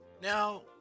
Now